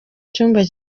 cyumba